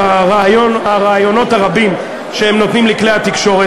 הראיונות הרבים שהם נותנים לכלי התקשורת,